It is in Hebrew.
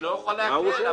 אני לא אוכל לעקל.